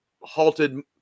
halted